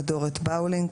כדורת באולינג,